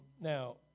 Now